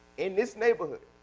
in this neighborhood,